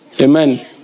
Amen